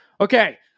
Okay